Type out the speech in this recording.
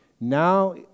now